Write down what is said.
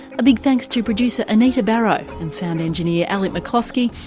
a big thanks to producer anita barraud and sound engineer alec mclosky.